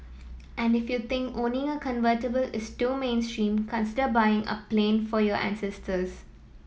and if you think owning a convertible is too mainstream consider buying a plane for your ancestors